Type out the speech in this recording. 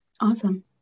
awesome